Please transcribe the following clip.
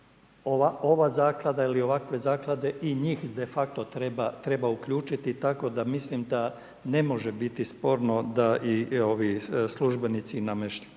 Ova zaklada ili ovakve zaklade i njih defakto treba uključiti tako da mislim da ne može biti sporno da i ovi službenici i namještenici